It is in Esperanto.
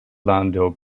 lando